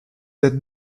êtes